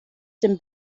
dem